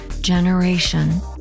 generation